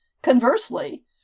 Conversely